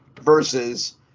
versus